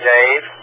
Dave